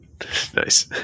Nice